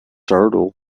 hurdle